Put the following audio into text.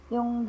Yung